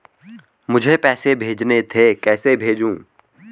मुझे पैसे भेजने थे कैसे भेजूँ?